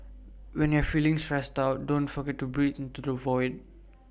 when you are feeling stressed out don't forget to breathe into the void